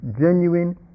genuine